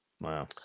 Wow